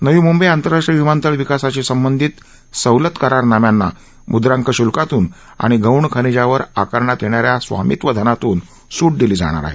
नवी मूंबई आंतरराष्ट्रीय विमानतळ विकासाशी संबंधित सवलत करारनाम्यांना म्द्रांक श्ल्कातून आणि गौण खनिजावर आकारण्यात येणाऱ्या स्वामित्वधनातून सूट दिली जाणार आहे